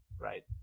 right